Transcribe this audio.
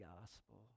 gospel